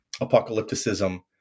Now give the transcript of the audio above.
apocalypticism